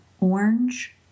orange